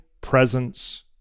presence